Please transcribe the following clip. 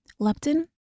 leptin